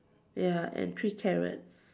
ya and three carrots